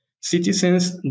citizens